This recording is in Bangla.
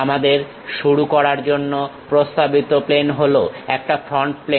আমাদের শুরু করার জন্য প্রস্তাবিত প্লেন হলো একটা ফ্রন্ট প্লেন